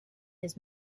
his